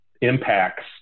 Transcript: impacts